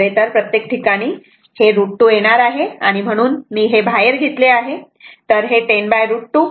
खरेतर प्रत्येक ठिकाणी आणि हे √ 2 येणार आहे आणि म्हणून हे बाहेर घेतले आहे तर हे 10√ 2 cos 60 o आहे